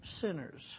sinners